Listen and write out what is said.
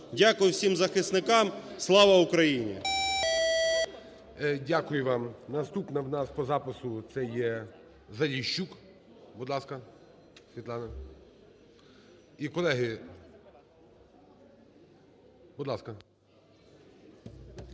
Дякую всім захисникам. Слава Україні!